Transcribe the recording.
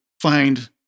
find